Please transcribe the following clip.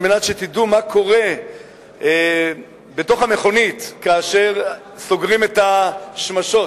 על מנת שתדעו מה קורה בתוך המכונית כאשר סוגרים את השמשות,